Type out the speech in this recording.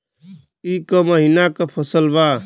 ई क महिना क फसल बा?